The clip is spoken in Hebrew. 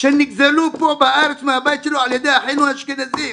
שהם נגזלו פה בארץ מהבית שלו על ידי אחינו האשכנזים.